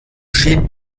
schied